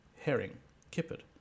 herring-kippered